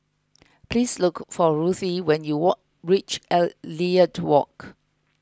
please look for Ruthie when you walk reach Elliot Walk